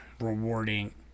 rewarding